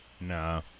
Nah